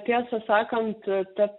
tiesą sakant ta